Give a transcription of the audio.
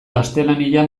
gaztelania